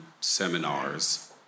seminars